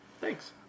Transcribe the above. Thanks